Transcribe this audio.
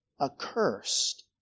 Accursed